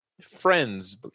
friends